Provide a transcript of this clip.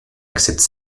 accepte